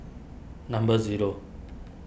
number zero